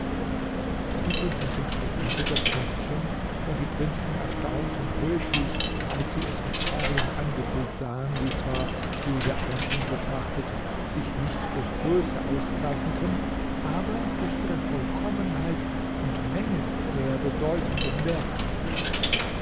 die prinzessin öffnete das kästchen und die prinzen erstaunten höchlich als sie es mit perlen angefüllt sahen die zwar jede einzeln betrachtet sich nicht durch größe auszeichneten aber durch ihre vollkommenheit und menge sehr bedeutenden wert hatten